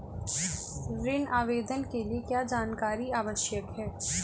ऋण आवेदन के लिए क्या जानकारी आवश्यक है?